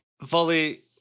Volley